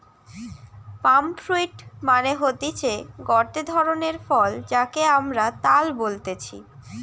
পাম fruit মানে হতিছে গটে ধরণের ফল যাকে আমরা তাল বলতেছি